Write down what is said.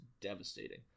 devastating